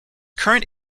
current